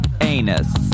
Anus